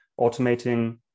automating